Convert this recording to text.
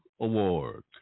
Award